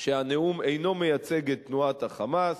שהנאום אינו מייצג את תנועת ה"חמאס",